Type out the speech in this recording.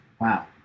Wow